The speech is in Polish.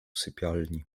sypialni